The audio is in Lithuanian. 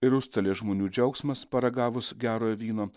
ir užstalės žmonių džiaugsmas paragavus gero vyno